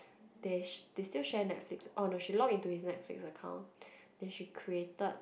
they~ they still share Netflix oh no she log into his Netflix account then she created